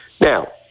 Now